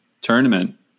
tournament